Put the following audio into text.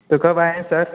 तो कब आएँ सर